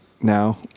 now